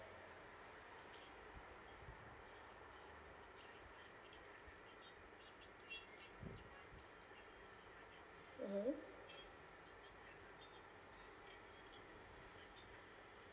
mmhmm